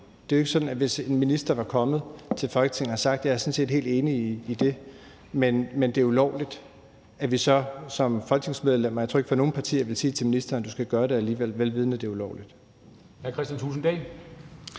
Det er jo ikke sådan, hvis en minister var kommet til Folketinget og havde sagt, at jeg er sådan set helt enig i det, men det er ulovligt, at vi så som folketingsmedlemmer – jeg tror ikke fra nogen partier – ville sige til ministeren, at du skal gøre det alligevel, vel vidende at det er ulovligt.